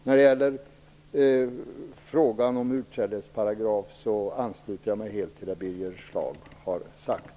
När det gäller frågan om utträdesparagraf ansluter jag mig helt till det Birger Schlaug har sagt.